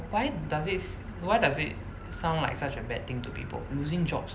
why does it why does it sound like such a bad thing to people losing jobs